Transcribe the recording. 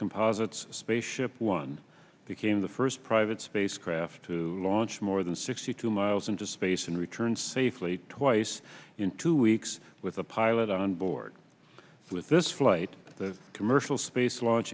composites spaceship one became the first private spacecraft to launch more than sixty two miles into space and return safely twice in two weeks with a pilot on board with this flight the commercial space la